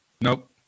Nope